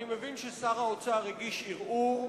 אני מבין ששר האוצר הגיש ערעור,